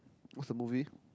what's the movie